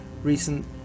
Recent